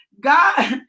God